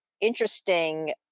interesting